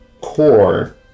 core